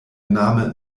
name